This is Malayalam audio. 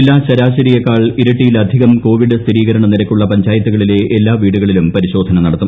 ജില്ലാ ശരാശരിയെക്കാൾ ഇരട്ടിയിലധികം കോവിഡ് സ്ഥിരീകരണ നിരക്കുള്ള പഞ്ചായത്തുകളിലെ എല്ലാ വീടുകളിലും പരിശോധന നടത്തും